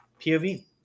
POV